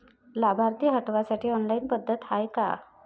लाभार्थी हटवासाठी ऑनलाईन पद्धत हाय का?